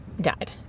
died